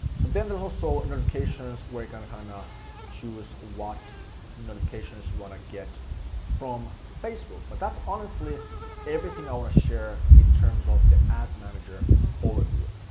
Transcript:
so then there's also notifications where you're gonna kinda choose what notifications you want to get from facebook, but that's honestly everything i want to share in terms of the ads manager overview.